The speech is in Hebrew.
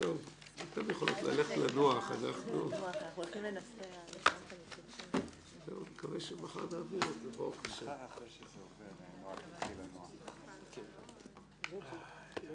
הישיבה ננעלה בשעה 11:45.